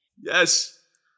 Yes